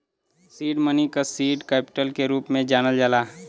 seed money क seed capital के रूप में जानल जाला